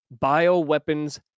bioweapons